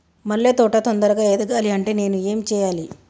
మల్లె తోట తొందరగా ఎదగాలి అంటే నేను ఏం చేయాలి?